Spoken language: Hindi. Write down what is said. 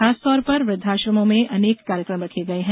खासतौर पर वृद्धाश्रमों में अनेक कार्यक्रम रखे गये हैं